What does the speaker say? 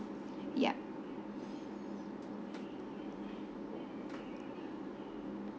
yup